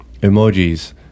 emojis